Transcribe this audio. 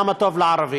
למה טוב לערבים?